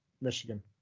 Michigan